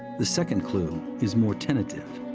the second clue is more tentative.